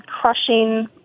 crushing